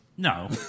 No